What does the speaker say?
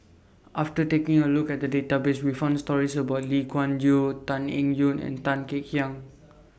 after taking A Look At The Database We found stories about Lee Kuan Yew Tan Eng Yoon and Tan Kek Hiang